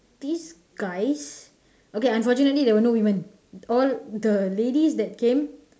these guys okay unfortunately there were no woman all the ladies that came